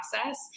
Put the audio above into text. process